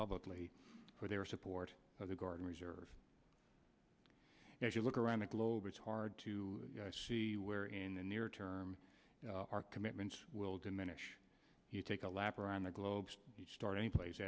publicly for their support of the guard and reserve if you look around the globe it's hard to see where in the near term our commitments will diminish you take a lap around the globe starting place